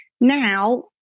Now